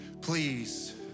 Please